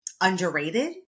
underrated